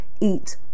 eat